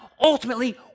ultimately